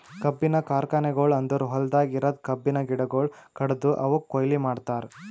ಕಬ್ಬಿನ ಕಾರ್ಖಾನೆಗೊಳ್ ಅಂದುರ್ ಹೊಲ್ದಾಗ್ ಇರದ್ ಕಬ್ಬಿನ ಗಿಡಗೊಳ್ ಕಡ್ದು ಅವುಕ್ ಕೊಯ್ಲಿ ಮಾಡ್ತಾರ್